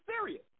serious